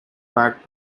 back